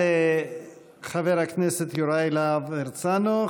תודה לחבר הכנסת יוראי להב הרצנו.